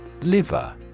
Liver